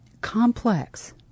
complex